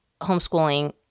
homeschooling